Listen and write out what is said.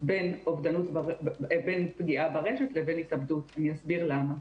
בין פגיעה ברשת לבין התאבדות, אני אסביר למה.